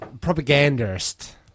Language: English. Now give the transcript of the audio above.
propagandist